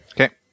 okay